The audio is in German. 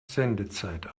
sendezeit